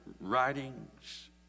writings